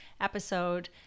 episode